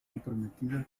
comprometida